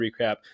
recap